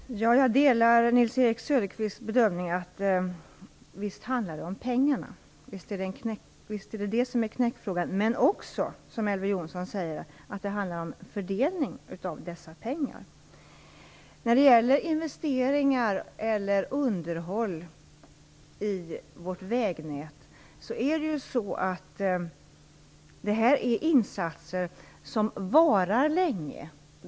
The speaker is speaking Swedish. Fru talman! Jag delar Nils-Erik Söderqvists bedömning att knäckfrågan är pengarna men också Elver Jonssons bedömning att det handlar om fördelningen av pengarna. Jag vill i frågan om investeringar eller underhåll i vårt vägnät peka på att det gäller insatser som varar länge.